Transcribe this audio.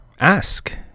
ask